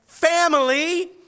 family